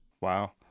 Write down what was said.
Wow